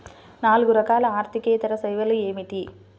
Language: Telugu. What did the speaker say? నాలుగు రకాల ఆర్థికేతర సేవలు ఏమిటీ?